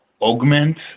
augment